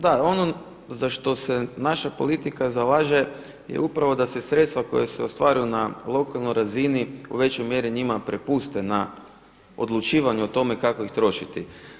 Da, ono za što se naša politika zalaže je upravo da se sredstva koja se ostvaruju na lokalnoj razini u većoj mjeri njima prepuste na odlučivanje o tome kako ih trošiti.